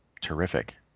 terrific